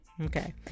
Okay